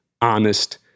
honest